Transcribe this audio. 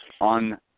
on